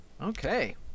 okay